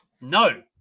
No